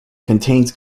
contains